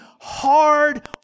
hard